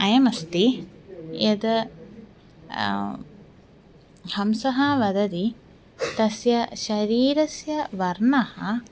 अयमस्ति यद् हंसः वदति तस्य शरीरस्य वर्णः